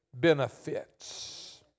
benefits